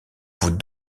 vous